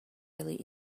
really